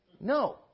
No